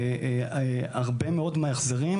הרבה מאוד מההחזרים,